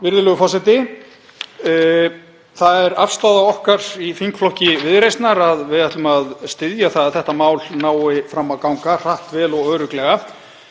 Virðulegur forseti. Það er afstaða okkar í þingflokki Viðreisnar að við ætlum að styðja að þetta mál nái fram að ganga hratt, vel og örugglega.